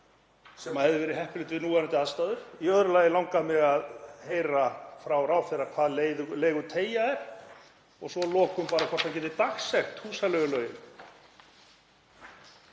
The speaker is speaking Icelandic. sem hefði verið heppilegt við núverandi aðstæður. Í öðru lagi langar mig að heyra frá ráðherra hvað leiguteygja er og svo að lokum hvort hann geti dagsett húsaleigulögin.